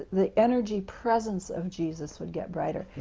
the energy-presence of jesus would get brighter.